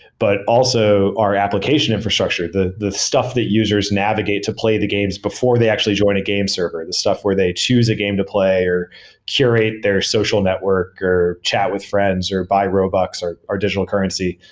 but also our application infrastructure, the the stuff that users navigate to play the games before they actually join a game server. the stuff where they choose a game to play or curate their social network or chat with friends or buy roblox, our digital currency,